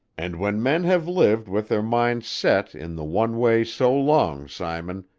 and when men have lived with their minds set in the one way so long, simon,